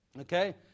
okay